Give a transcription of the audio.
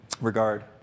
regard